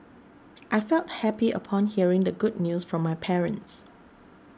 I felt happy upon hearing the good news from my parents